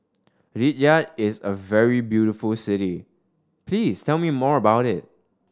Riyadh is a very beautiful city please tell me more about it